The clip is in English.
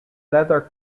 leather